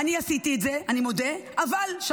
"אני עשיתי את זה, אני מודה, אבל...".